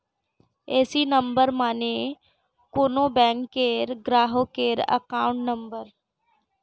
AC number মানে কোন ব্যাংকের গ্রাহকের অ্যাকাউন্ট নম্বর